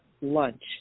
lunch